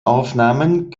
aufnahmen